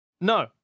No